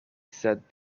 said